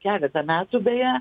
keletą metų beje